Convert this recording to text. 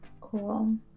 cool